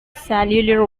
cellular